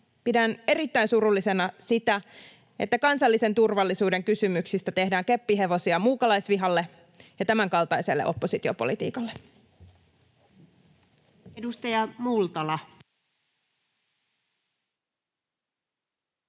Pidän erittäin surullisena sitä, että kansallisen turvallisuuden kysymyksistä tehdään keppihevosia muukalaisvihalle ja tämänkaltaiselle oppositiopolitiikalle. [Mauri